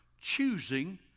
choosing